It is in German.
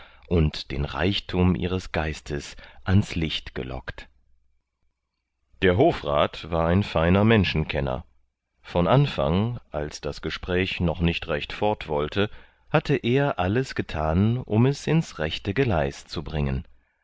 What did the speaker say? und den reichtum ihres geistes ans licht gelockt der hofrat war ein feiner menschenkenner von anfang als das gespräch noch nicht recht fortwollte hatte er alles getan um es ins rechte geleis zu bringen